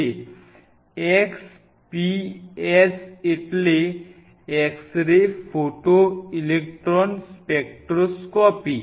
XPS એટલે X ray photo electron spectroscopy